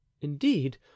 indeed